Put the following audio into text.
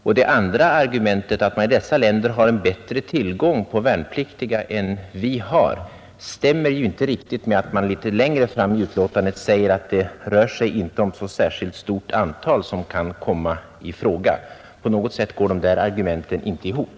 Och det andra argumentet, att man i dessa länder har en bättre tillgång på värnpliktiga än vi har, stämmer inte riktigt med vad man litet längre fram i betänkandet säger om att det inte är ett så särskilt stort antal som kan komma i fråga. På något sätt går de där argumenten inte ihop.